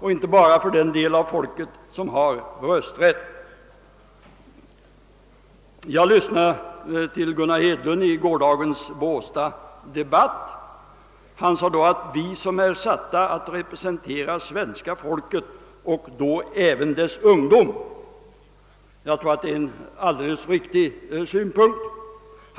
och inte bara för den del av folket som har rösträtt. I gårdagens Båstad-debatt sade herr Hedlund att vi här i riksdagen är ju satta att representera svenska folket och då även dess ungdomar, och han menade då säkert även de unga under rösträttsåldern.